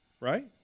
Right